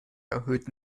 erhöht